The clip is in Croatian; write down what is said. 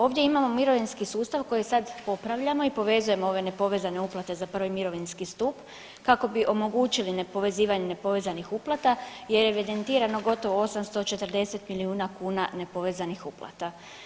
Ovdje imamo mirovinski sustav koji sad popravljamo i povezujemo nepovezane uplate za prvi mirovinski stup kako bi omogućili nepovezivanje nepovezanih uplata jer je evidentirano gotovo 84 milijuna kuna nepovezanih uplata.